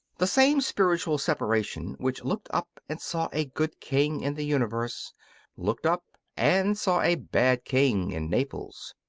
the same spiritual separation which looked up and saw a good king in the universe looked up and saw a bad king in naples.